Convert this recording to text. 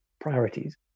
priorities